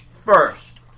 first